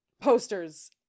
posters